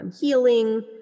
healing